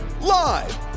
Live